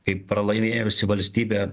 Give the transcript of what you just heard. kaip pralaimėjusi valstybė